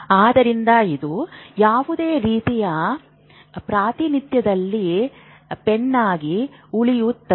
ಆದ್ದರಿಂದ ಇದು ಯಾವುದೇ ರೀತಿಯ ಪ್ರಾತಿನಿಧ್ಯದಲ್ಲಿ ಪೆನ್ನಾಗಿ ಉಳಿಯುತ್ತದೆ